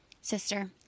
sister